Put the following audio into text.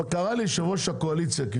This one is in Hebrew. קרא לי יושב-ראש הקואליציה: